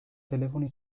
telefoni